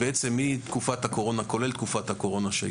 מתקופת הקורונה כולל תקופת הקורונה שגם